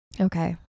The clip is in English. Okay